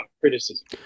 criticism